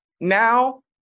Now